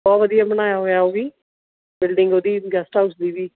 ਬਹੁਤ ਵਧੀਆ ਬਣਾਇਆ ਹੋਇਆ ਉਹ ਵੀ ਬਿਲਡਿੰਗ ਉਹਦੀ ਗੈਸਟ ਹਾਊਸ ਦੀ ਵੀ